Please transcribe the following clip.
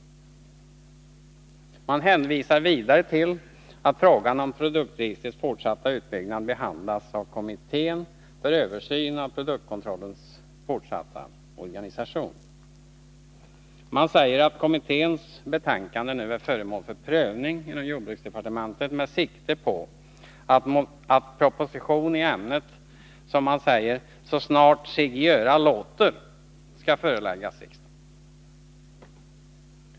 Man hänvisar vidare till att frågan om produktregistrets fortsatta uppbyggnad behandlats av kommittén för översyn av produktkontrollens fortsatta organisation. Man säger att kommitténs betänkande nu är föremål för prövning inom jordbruksdepartementet med sikte på att proposition i ämnet ”så snart sig göra låter” skall föreläggas riksdagen.